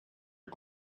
est